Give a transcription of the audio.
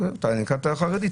אתה הזכרת חרדית,